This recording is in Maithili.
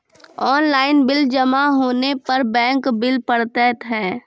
ऑनलाइन बिल जमा होने पर बैंक बिल पड़तैत हैं?